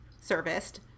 serviced